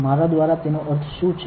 મારા દ્વારા તેનો અર્થ શું છે